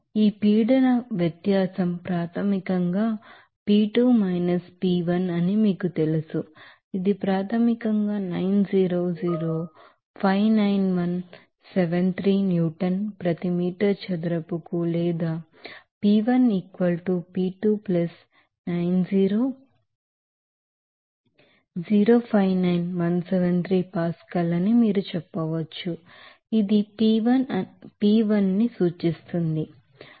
ఈ పీడన వ్యత్యాసం ప్రాథమికంగా P 2 P1 అని మీకు తెలుసు ఇది ప్రాథమికంగా 90059173 న్యూటన్ ప్రతి మీటర్ చదరపుకు లేదా P1 P2 90059173 పాస్కల్అని మీరు చెప్పవచ్చు ఇది P1 అని సూచిస్తుంది